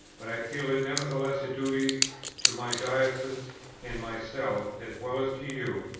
but i feel it nevertheless a duty to my diocese and myself, as well as to you,